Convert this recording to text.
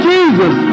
Jesus